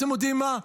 אתם יודעים מה?